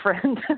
friend